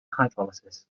hydrolysis